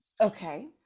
Okay